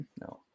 No